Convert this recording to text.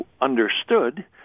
understood